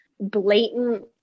blatant